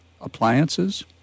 appliances